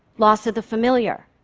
loss of the familiar.